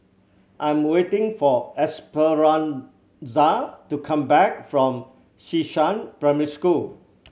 I am waiting for Esperanza to come back from Xishan Primary School